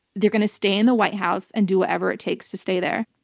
they're going to stay in the white house and do whatever it takes to stay there.